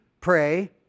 pray